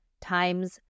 times